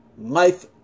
life